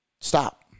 stop